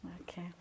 Okay